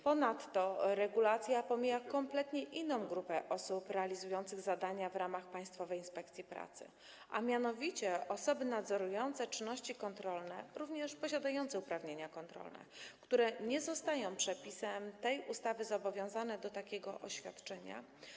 Ponadto regulacja pomija kompletnie inną grupę osób realizujących zadania w ramach Państwowej Inspekcji Pracy, a mianowicie osoby nadzorujące czynności kontrolne również posiadające uprawnienia kontrolne, które nie zostają przepisem tej ustawy zobowiązane do takiego oświadczenia.